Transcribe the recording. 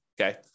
okay